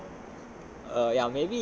so